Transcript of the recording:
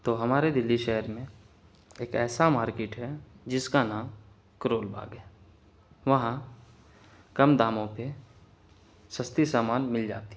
تو ہمارے دہلی شہر میں ایک ایسا مارکیٹ ہے جس کا نام کرول باغ ہے وہاں کم داموں پہ سستی سامان مل جاتی ہے